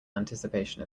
anticipation